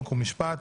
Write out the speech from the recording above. חוק ומשפט.